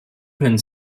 können